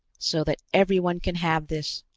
so that everyone can have this.